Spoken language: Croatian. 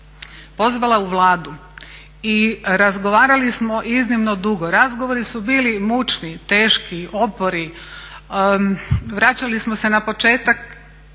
pozvala u Vladu i razgovarali smo iznimno dugo. Razgovori su bili mučni, teški, opori, vraćali smo se na početak